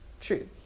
true